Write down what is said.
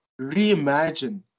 reimagine